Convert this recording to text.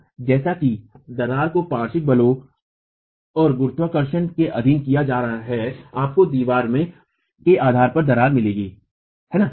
तो जैसा कि दीवार को पार्श्व बलों और गुरुत्वाकर्षण के अधीन किया जा रहा हैआपको दीवार के आधार पर दरार मिलेगी हैं